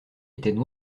étaient